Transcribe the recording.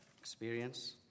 experience